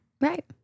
right